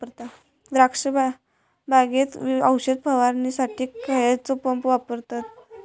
द्राक्ष बागेत औषध फवारणीसाठी खैयचो पंप वापरतत?